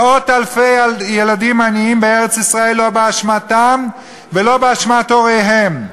מאות-אלפי ילדים עניים בארץ-ישראל לא באשמתם ולא באשמת הוריהם,